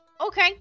Okay